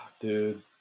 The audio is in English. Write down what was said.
Dude